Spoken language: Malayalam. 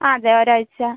അതെ ഒരാഴ്ച്ച